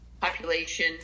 population